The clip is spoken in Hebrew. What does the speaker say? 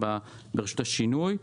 ברשות השינוי,